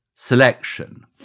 selection